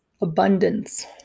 abundance